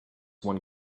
one